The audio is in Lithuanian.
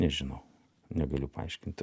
nežinau negaliu paaiškint